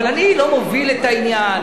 אבל אני לא מוביל את העניין,